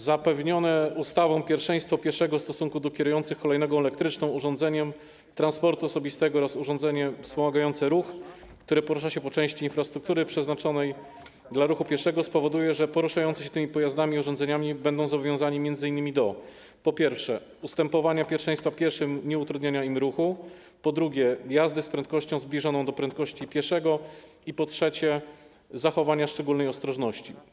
Zapewnione ustawą pierwszeństwo pieszego w stosunku do kierujących hulajnogą elektryczną, urządzeniem transportu osobistego oraz urządzeniem wspomagającym ruch, którzy poruszają się po części infrastruktury przeznaczonej dla ruchu pieszego, spowoduje, że poruszający się tymi pojazdami i urządzeniami będą zobowiązani m.in., po pierwsze, do ustępowania pierwszeństwa pieszym, nieutrudniania im ruchu, po drugie, do jazdy z prędkością zbliżoną do prędkości pieszego i, po trzecie, do zachowania szczególnej ostrożności.